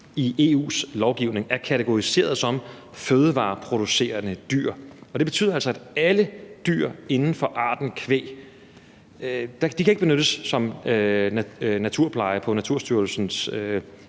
i EU's lovgivning er kategoriseret som fødevareproducerende dyr. Det betyder altså, at alle dyr inden for arten kvæg ikke kan benyttes som naturpleje på Naturstyrelsens